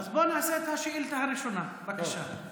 אז בואו נעשה את השאילתה הראשונה, בבקשה.